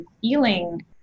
feeling